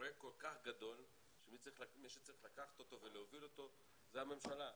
פרויקט כל כך גדול שמי שצריך לקחת אותו ולהוביל אותו זה הממשלה,